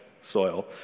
soil